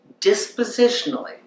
dispositionally